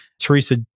Teresa